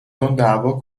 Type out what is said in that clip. تنددعوا